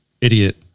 idiot